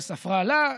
"וספרה לה",